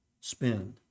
spend